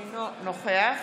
אינו נוכח